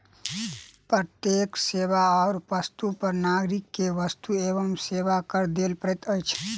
प्रत्येक सेवा आ वस्तु पर नागरिक के वस्तु एवं सेवा कर दिअ पड़ैत अछि